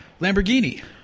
Lamborghini